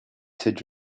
cette